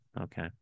okay